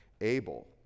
Abel